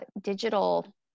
digital